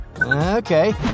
okay